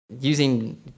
using